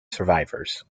survivors